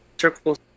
Circle